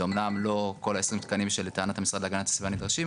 זה אמנם לא כל ה-20 תקנים שלטענת המשרד להגנת הסביבה נדרשים,